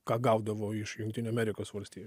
ką gaudavo iš jungtinių amerikos valstijų